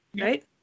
right